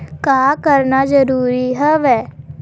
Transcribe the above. का करना जरूरी हवय?